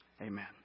Amen